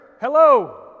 Hello